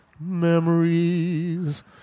memories